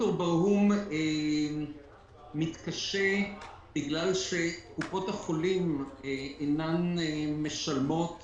ד"ר ברהום מתקשה מכיוון שקופות החולים אינן משלמות